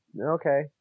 okay